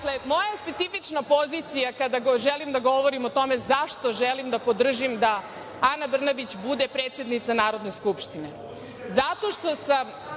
moja specifična pozicija kada želim da govorim o tome zašto želim da podržim da Ana Brnabić bude predsednica Narodne skupštine.